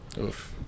oof